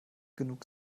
genug